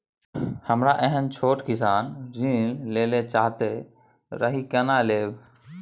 हमरा एहन छोट किसान ऋण लैले चाहैत रहि केना लेब?